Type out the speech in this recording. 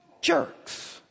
jerks